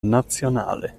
nazionale